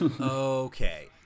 Okay